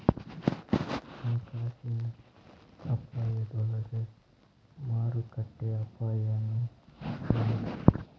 ಹಣಕಾಸಿನ ಅಪಾಯದೊಳಗ ಮಾರುಕಟ್ಟೆ ಅಪಾಯನೂ ಒಂದ್